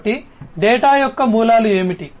కాబట్టి డేటా యొక్క మూలాలు ఏమిటి